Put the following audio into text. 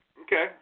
Okay